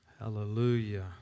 Hallelujah